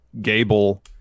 Gable